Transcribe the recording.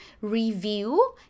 review